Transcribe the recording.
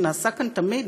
שנעשה כאן תמיד,